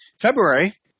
February